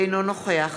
אינו נוכח